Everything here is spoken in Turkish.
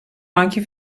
anki